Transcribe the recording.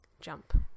jump